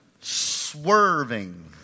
swerving